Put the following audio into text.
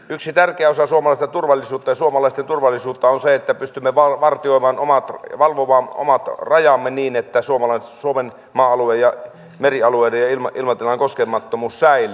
yksi tärkeä osa suomalaista turvallisuutta ja suomalaisten turvallisuutta on se että pystymme valvomaan omat rajamme niin että suomen maa alueiden merialueiden ja ilmatilan koskemattomuus säilyy